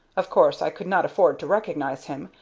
of course i could not afford to recognize him,